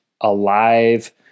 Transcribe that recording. alive